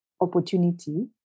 opportunity